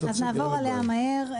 אז נעבור אליה מהר.